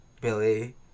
Billy